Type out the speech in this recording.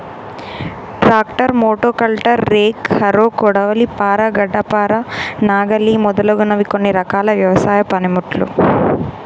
tractor, మోటో కల్టర్, rake, harrow, కొడవలి, పార, గడ్డపార, నాగలి మొదలగునవి కొన్ని రకాల వ్యవసాయ పనిముట్లు